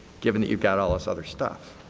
given that you've got all this other stuff.